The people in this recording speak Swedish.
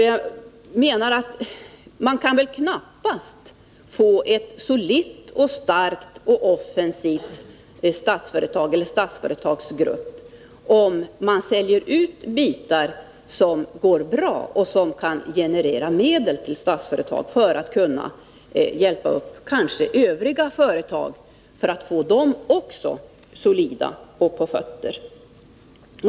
Jag menar att man väl knappast kan få en solid, stark och offensiv Statsföretagsgrupp om man säljer ut de bitar som går bra och som kan generera medel till Statsföretag, så att övriga företag kan hjälpas på fötter och bli solida.